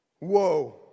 Whoa